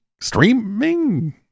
streaming